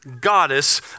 goddess